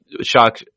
shock